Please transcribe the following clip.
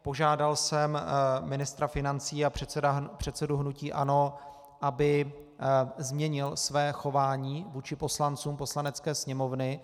Požádal jsem ministra financí a předsedu hnutí ANO, aby změnil své chování vůči poslancům Poslanecké sněmovny.